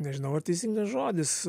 nežinau ar teisingas žodis